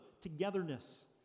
togetherness